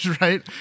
right